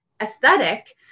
aesthetic